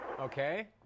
Okay